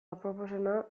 aproposena